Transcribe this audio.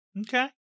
Okay